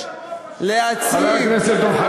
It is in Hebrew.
חבר הכנסת דב חנין.